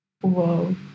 whoa